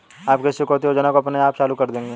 आप किस चुकौती योजना को अपने आप चालू कर देंगे?